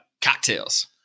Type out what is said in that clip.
Cocktails